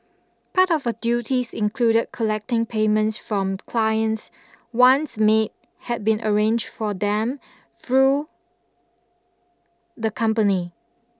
part of her duties included collecting payments from clients once maid had been arranged for them through the company